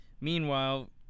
Meanwhile